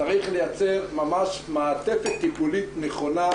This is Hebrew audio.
צריך לייצר ממש מעטפת טיפולית נכונה